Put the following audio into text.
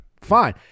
fine